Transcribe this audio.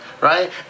right